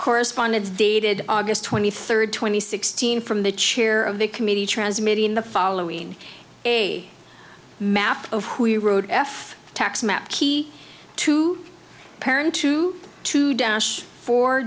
correspondence dated august twenty third twenty sixteen from the chair of the committee transmitting the following a map of who we rode f tax map key to parent two to dash fo